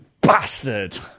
bastard